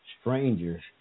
strangers